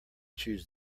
chose